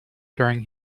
during